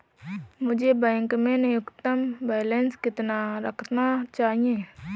मुझे बैंक में न्यूनतम बैलेंस कितना रखना चाहिए?